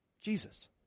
Jesus